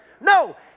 No